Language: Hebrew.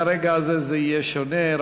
מהרגע הזה זה יהיה שונה.